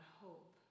hope